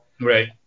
Right